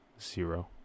Zero